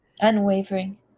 Unwavering